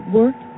work